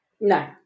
No